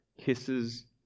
kisses